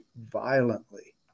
violently